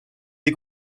des